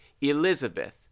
Elizabeth